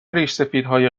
ریشسفیدهای